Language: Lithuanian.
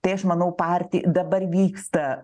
tai aš manau partija dabar vyksta